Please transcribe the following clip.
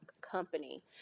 company